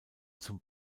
zum